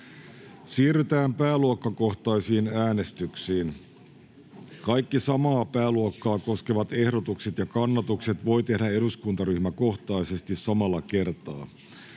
Siirrytään pääluokkakohtaisiin äänestyksiin. Kaikki samaa pääluokkaa koskevat ehdotukset ja kannatukset voi tehdä eduskuntaryhmäkohtaisesti samalla kertaa.